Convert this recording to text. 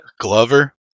Glover